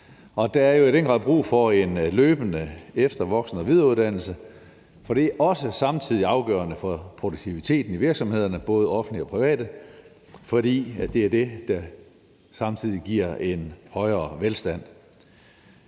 Der er jo i den grad brug for en løbende efter-, voksen- og videreuddannelse. Det er også samtidig afgørende for produktiviteten i virksomhederne, både offentlige og private, fordi det er det, der samtidig giver en højere velstand.